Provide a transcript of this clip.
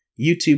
YouTube